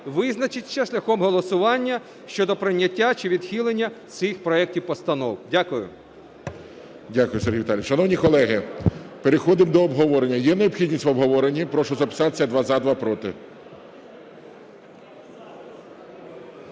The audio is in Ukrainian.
визначитись шляхом голосування щодо прийняття чи відхилення цих проектів постанов. Дякую. ГОЛОВУЮЧИЙ. Дякую, Сергій Віталійович. Шановні колеги, переходимо до обговорення. Є необхідність в обговоренні? Прошу записатися: два – за, два – проти.